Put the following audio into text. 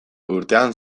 urtean